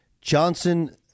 Johnson